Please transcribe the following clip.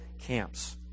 camps